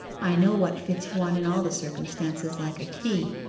i know what fits one and all the circumstances like a key,